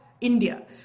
India